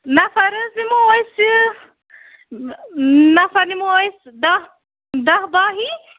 نَفَر حظ یِمو أسہِ نَفر یِمو أسۍ دَہ دَہ باہ ہِیو